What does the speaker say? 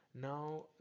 now